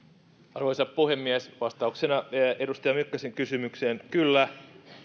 arvoisa puhemies vastauksena edustaja mykkäsen kysymykseen kyllä